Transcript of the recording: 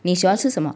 你喜欢吃什么